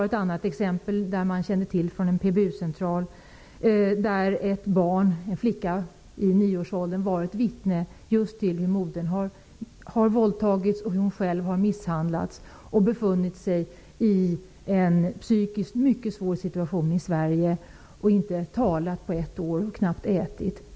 Ett annat exempel som man känner till från en PBU-central gäller en flicka i nioårsåldern som varit vittne till hur modern har våldtagits. Själv har hon misshandlats. Hon har befunnit sig i en psykiskt mycket svår situation i Sverige. Hon har inte talat på ett år och knappt ätit.